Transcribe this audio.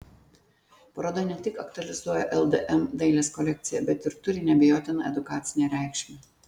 paroda ne tik aktualizuoja ldm dailės kolekciją bet ir turi neabejotiną edukacinę reikšmę